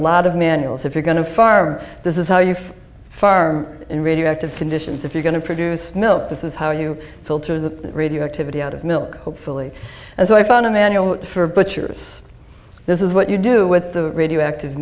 lot of manuals if you're going to farm this is how you farm in radioactive conditions if you're going to produce milk this is how you filter the radioactivity out of milk hopefully and so i found a manual for butchers this is what you do with the radioactive